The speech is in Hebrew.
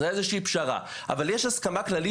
זה איזושהי פשרה אבל יש הסכמה כללית